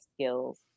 skills